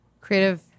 creative